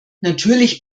natürlich